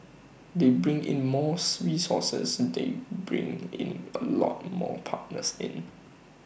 they bring in more resources they bring in A lot more partners in